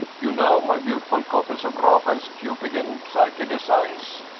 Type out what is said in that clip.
you know my beautiful copies of raphael's cupid and psyche designs?